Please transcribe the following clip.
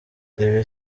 ibi